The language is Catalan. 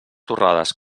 torrades